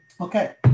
Okay